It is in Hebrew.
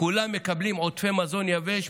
כולם מקבלים עודפי מזון יבש,